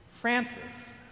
Francis